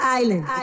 island